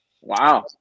Wow